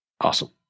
Awesome